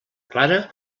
clara